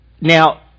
Now